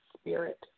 spirit